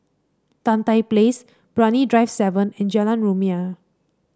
Tan Tye Place Brani Drive seven and Jalan Rumia